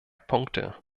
punkte